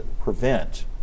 prevent